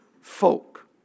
folk